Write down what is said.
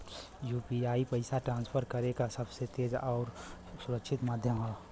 UPI पइसा transfer करे क सबसे तेज आउर सुरक्षित माध्यम हौ